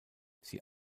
sie